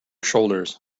shoulders